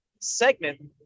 segment